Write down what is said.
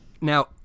Now